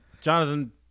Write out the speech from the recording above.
Jonathan